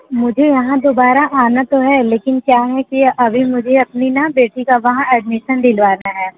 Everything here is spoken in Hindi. मुझे यहाँ दोबारा आना तो है लेकिन क्या है कि अभी मुझे अपनी ना बेटी का वहाँ एडमिशन दिलवाना है